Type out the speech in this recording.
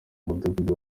mudugudu